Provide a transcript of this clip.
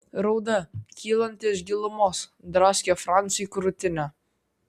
rauda kylanti iš gilumos draskė franciui krūtinę